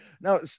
Now